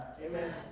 Amen